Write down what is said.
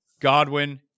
Godwin